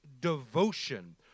devotion